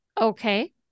Okay